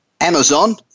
Amazon